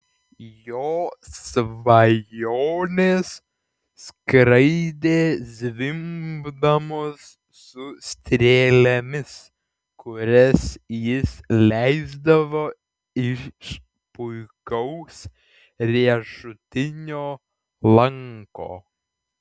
jo svajonės skraidė zvimbdamos su strėlėmis kurias jis leisdavo iš puikaus riešutinio lanko